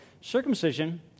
Circumcision